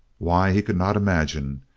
why, he could not imagine,